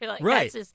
Right